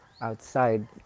outside